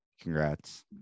Congrats